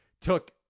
took